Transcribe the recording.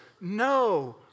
No